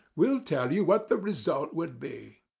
will tell you what the result would be.